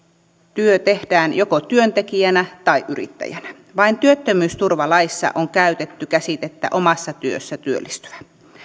työ tehdään joko työntekijänä tai yrittäjänä vain työttömyysturvalaissa on käytetty käsitettä omassa työssä työllistyvä